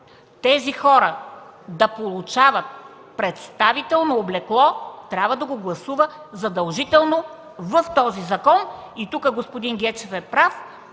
тези хора да получават представително облекло, трябва да го гласуват задължително в този закон. Тук господин Гечев е прав